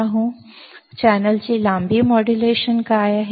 आम्ही पटकन पाहू चॅनेल लांबी मोड्यूलेशन काय आहे